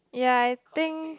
ya I think